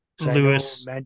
Lewis